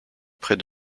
près